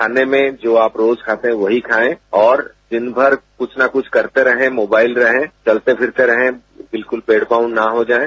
खाने में जो आप रोज खाते थे वहीं खायें और दिन भर कुछ न कुछ करते रहें मोबाइल रहें चलते फिरते रहे बिल्कुल बेड बाउंड न हो जायें